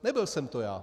Nebyl jsem to já.